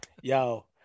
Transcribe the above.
Yo